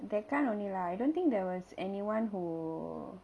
that kind only lah I don't think there was anyone who